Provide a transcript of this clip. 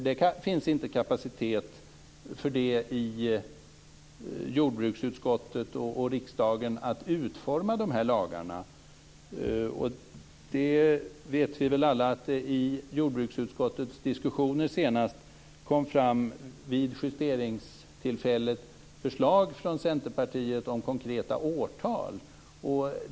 Det finns inte kapacitet i jordbruksutskottet eller i riksdagen i övrigt att utforma dessa lagar. Vi vet väl alla att det vid diskussionerna vid justeringstillfället i jordbruksutskottet kom fram förslag från Centerpartiet om konkreta årtal.